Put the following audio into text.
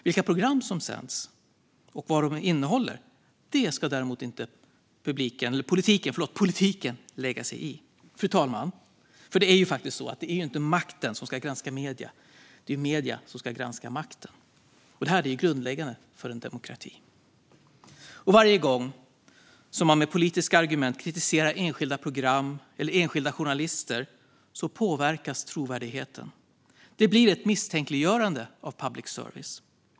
Vilka program som sänds och vad de innehåller ska dock inte politiken lägga sig i. Fru talman! Det är ju faktiskt inte makten som ska granska medierna utan det är medierna som ska granska makten. Detta är grundläggande för en demokrati. Varje gång som man med politiska argument kritiserar enskilda program eller enskilda journalister så påverkas trovärdigheten. Det blir ett misstänkliggörande av public service.